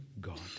God